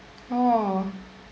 oh